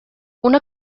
una